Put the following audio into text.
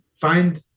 find